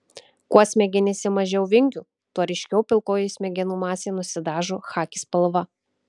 kuo smegenyse mažiau vingių tuo ryškiau pilkoji smegenų masė nusidažo chaki spalva